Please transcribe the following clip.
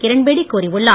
கிரண்பேடி கூறியுள்ளார்